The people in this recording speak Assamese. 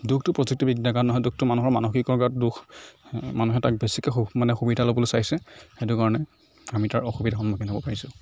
দোষটো প্ৰযুক্তিবিদ্যাৰ গাত নহয় দোষটো মানুহৰ মানসিকৰ গাত দোষ মানুহে তাক বেছিকৈ সুখ মানে সুবিধা ল'বলৈ চাইছে সেইটোকাৰণে আমি তাৰ অসুবিধাৰ সন্মুখীন হ'ব পাৰিছোঁ